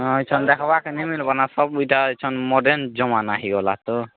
ହଁ ସେ ଦେଖିବା କେ ନାଇ ମିଲବ ନା ସବୁ ଏଟା ଏଛନ୍ ମଡ଼େନ ଜମାନା ହୋଇଗଲା ତ